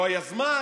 לא היה זמן,